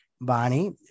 Bonnie